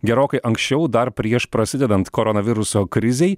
gerokai anksčiau dar prieš prasidedant koronaviruso krizei